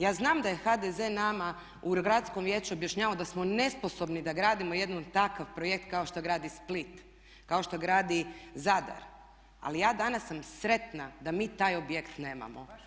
Ja znam da je HDZ nama u Gradskom vijeću objašnjavao da smo nesposobni da gradimo jedan takav projekt kao što gradi Split, kao što gradi Zadar ali ja danas sam sretna da mi taj objekt nemamo.